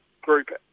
group